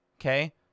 Okay